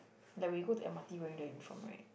like when you go to M_R_T wearing the uniform right